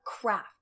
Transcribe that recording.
craft